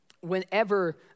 whenever